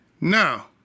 Now